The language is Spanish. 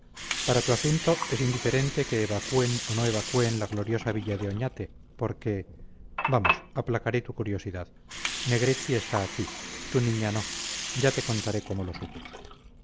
para tu asunto es indiferente que evacuen o no evacuen la gloriosa villa de oñate porque vamos aplacaré tu curiosidad negretti está aquí tu niña no ya te contaré cómo lo supe